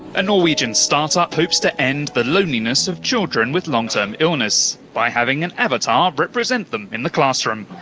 a norwegian start-up hopes to end the loneliness of children with long-term illness by having an avatar represent them in the classroom.